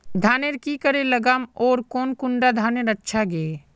धानेर की करे लगाम ओर कौन कुंडा धानेर अच्छा गे?